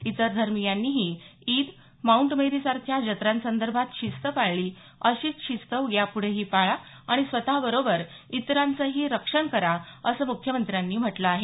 इतर धर्मियांनीही ईद माऊंट मेरीसारख्या जत्रांसंदर्भात शिस्त पाळली अशीच शिस्त यापुढेही पाळा आणि स्वतःबरोबर इतरांचंही रक्षण करा असं मुख्यमंत्र्यांनी म्हटलं आहे